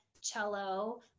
cello